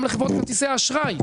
גם לחברות כרטיסי האשראי,